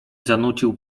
zanucił